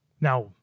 now